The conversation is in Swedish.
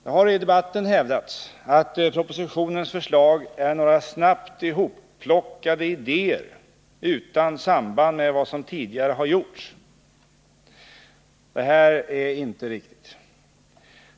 Det har i debatten hävdats att propositionens förslag är några snabbt ihopplockade idéer utan samband med vad som tidigare har gjorts. Detta är inte riktigt.